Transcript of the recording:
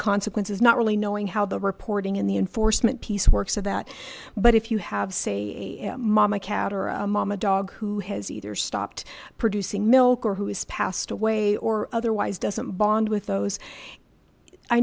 consequences not really knowing how the reporting in the enforcement piece works of that but if you have say mama cat or a mom a dog who has either stopped producing milk or who is passed away or otherwise doesn't bond with those i